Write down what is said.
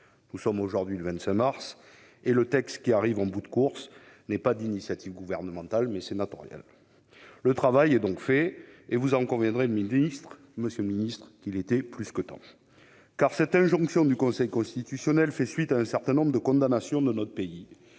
Nous sommes aujourd'hui le 25 mars, et le texte qui arrive en bout de course n'est pas d'initiative gouvernementale, mais sénatoriale. Le travail est donc fait, et vous conviendrez, monsieur le garde des sceaux, qu'il était plus que temps : cette injonction du Conseil constitutionnel fait suite à un certain nombre de condamnations de notre pays